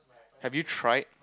have you tried